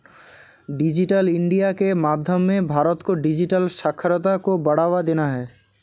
digital India के माध्यम से भारत को डिजिटल साक्षरता को बढ़ावा देना है